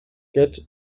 get